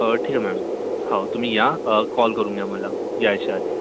हो ठीक आहे मॅम हो तुम्ही या कॉल करून या मला यायच्या आधी